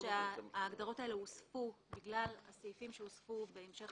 ההגדרות האלה הוספו בגלל הסעיפים שהוספו בהמשך